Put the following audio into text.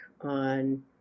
on